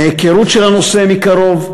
מהיכרות עם הנושא מקרוב.